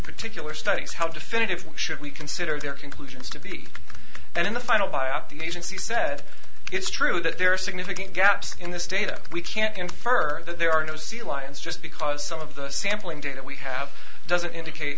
particular studies how definitive should we consider their conclusions to be and in the final buyout the agency said it's true that there are significant gaps in this data that we can't infer that there are no sea lions just because some of the sampling data we have doesn't indicate